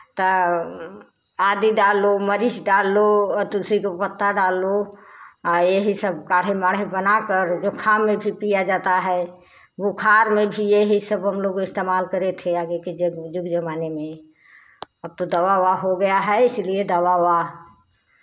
तौ आदी डालो मरीच डालो तुलसी काे पत्ता डालो आ यही सब काढ़े माढ़े बनाकर ज़ुकाम में भी पिया जाता है बुखार में भी यही सब हम लोग इस्तेमाल करे थे आगे के जग युग ज़माने में अब तो दवा ओवा हो गया है इसलिए दवा ओवा